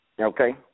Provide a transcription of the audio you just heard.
Okay